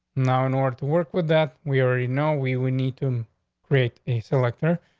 now, in order to work with that. we already know. we we need to create a selector.